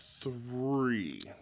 three